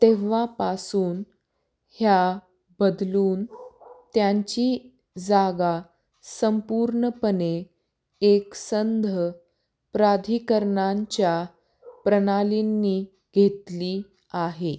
तेव्हापासून ह्या बदलून त्यांची जागा संपूर्णपणे एकसंध प्राधिकरणांच्या प्रणालींनी घेतली आहे